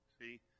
See